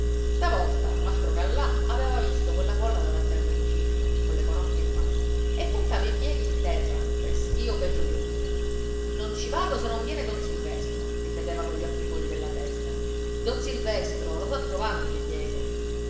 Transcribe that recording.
stavolta mastro callà aveva visto quella folla davanti al municipio colle conocchie in mano e puntava i piedi in terra restio peggio di un mulo non ci vado se non viene don silvestro ripeteva cogli occhi fuori della testa don silvestro lo sa trovare un ripiego